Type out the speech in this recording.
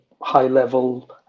high-level